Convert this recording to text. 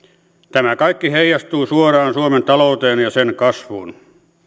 tämä kaikki heijastuu suoraan suomen talouteen ja sen kasvuun